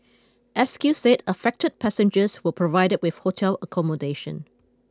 S Q said affected passengers were provided with hotel accommodation